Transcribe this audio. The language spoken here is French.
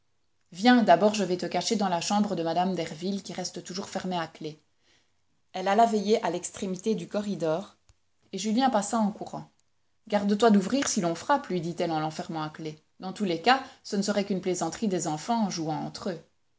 viens d'abord je vais te cacher dans la chambre de mme derville qui reste toujours fermée à clef elle alla veiller à l'extrémité du corridor et julien passa en courant garde-toi d'ouvrir si l'on frappe lui dit-elle en l'enfermant à clef dans tous les cas ce ne serait qu'une plaisanterie des enfants en jouant entre eux